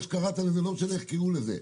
לא משנה איך יקראו לזה,